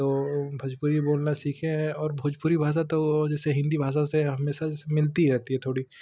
तो भोजपुरी बोलना सीखे हैं और भोजपुरी भाषा तो जैसे हिंदी भाषा से हमेशा से मिलती रहती है थोड़ी